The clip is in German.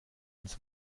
uns